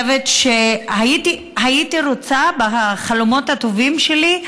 הייתי רוצה, בחלומות הטובים שלי,